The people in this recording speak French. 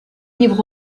livre